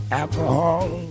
alcohol